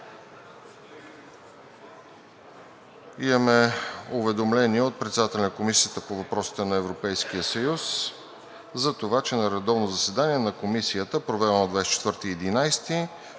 Имаме уведомление от председателя на Комисията по въпросите на Европейския съюз за това, че на редовно заседание на Комисията, проведено на 24